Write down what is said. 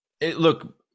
Look